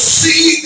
see